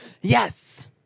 Yes